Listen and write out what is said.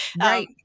right